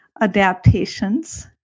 adaptations